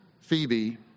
Phoebe